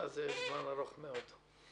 ארוך מאוד,